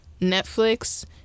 Netflix